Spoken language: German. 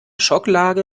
schocklage